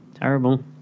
terrible